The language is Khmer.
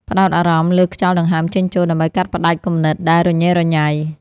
ផ្ដោតអារម្មណ៍លើខ្យល់ដង្ហើមចេញចូល ដើម្បីកាត់ផ្ដាច់គំនិតដែលរញ៉េរញ៉ៃ។